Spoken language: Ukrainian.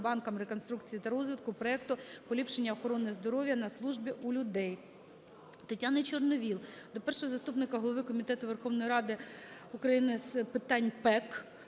банком реконструкції та розвитку проекту "Поліпшення охорони здоров'я на службі у людей". Тетяни Чорновол до першого заступника Голови Комітету Верховної Ради України з питань ПЕК